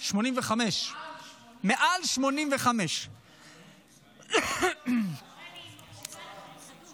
85. מעל 85. אתה רואה, אני מקשיבה לך בחדות.